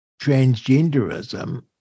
transgenderism